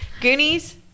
goonies